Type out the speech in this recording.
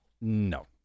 no